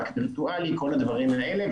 רק וירטואלי וכל הדברים האלה.